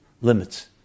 limits